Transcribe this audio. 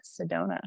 Sedona